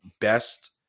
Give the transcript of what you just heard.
best